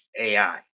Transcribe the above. AI